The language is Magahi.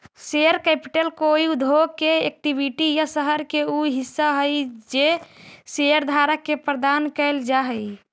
शेयर कैपिटल कोई उद्योग के इक्विटी या शहर के उ हिस्सा हई जे शेयरधारक के प्रदान कैल जा हई